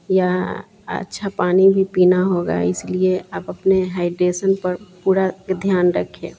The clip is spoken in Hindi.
या अच्छा पानी ही पीना होगा इसलिए आप अपने हाइडेशन पर पूरा ध्यान रखें